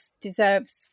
deserves